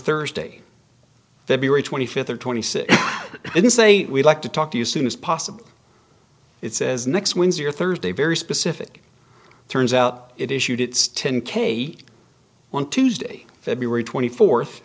thursday feb twenty fifth or twenty six and say we'd like to talk to you soon as possible it says next wednesday or thursday very specific turns out it issued its ten k on tuesday feb twenty fourth